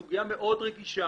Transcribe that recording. זו סוגיה מאוד רגישה